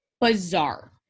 bizarre